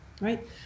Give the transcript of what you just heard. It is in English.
right